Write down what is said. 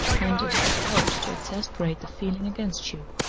and it has helped to exasperate the feeling against you.